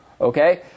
Okay